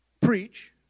preach